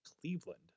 Cleveland